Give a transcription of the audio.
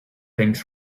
things